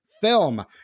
film